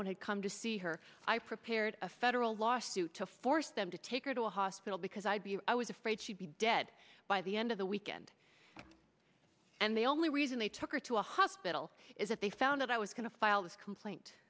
one had come to see her i prepared a federal lawsuit to force them to take her to a hospital because i believe i was afraid she'd be dead by the end of the weekend and the only reason they took her to a hospital is that they found out i was going to file this complaint